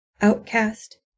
Outcast